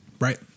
Right